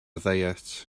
ddiet